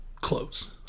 close